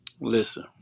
Listen